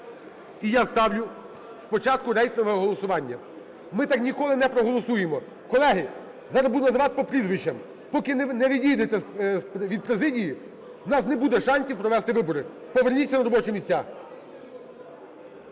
І я ставлю спочатку рейтингове голосування. Ми так ніколи не проголосуємо. Колеги, зараз буду називати по прізвищам. Поки не відійдете від президії, у нас не буде шансів провести вибори. Поверніться на робочі місця.